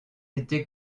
été